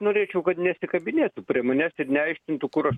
norėčiau kad nesikabinėtų prie manęs ir neaiškintų kur aš